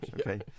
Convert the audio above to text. Okay